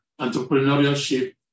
entrepreneurship